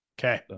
Okay